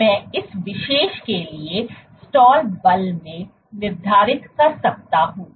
तो मैं इस विशेष के लिए स्टाल बल में निर्धारित कर सकता हूं